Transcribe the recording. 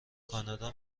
کانادا